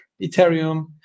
Ethereum